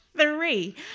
three